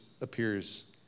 appears